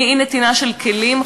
אי-נתינת כלים,